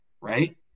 right